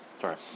Sorry